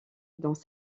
dans